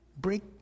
Break